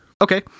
Okay